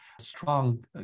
strong